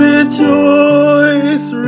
Rejoice